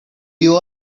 you